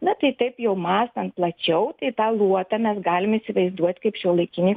na tai taip jau mąstant plačiau tai tą luotą mes galim įsivaizduot kaip šiuolaikinį